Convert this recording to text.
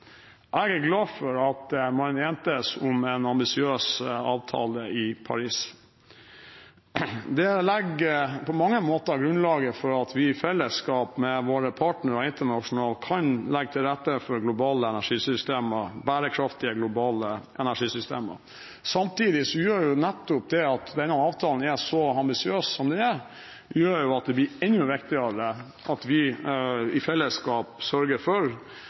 at man entes om en ambisiøs avtale i Paris. Det legger på mange måter grunnlaget for at vi i felleskap med våre partnere internasjonalt kan legge til rette for bærekraftige globale energisystemer. Samtidig gjør nettopp det at denne avtalen er så ambisiøs som den er, at det blir enda viktigere at vi i fellesskap sørger for